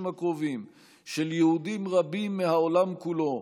הקרובים לעלייתם של יהודים רבים מהעולם כולו,